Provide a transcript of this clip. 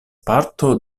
parto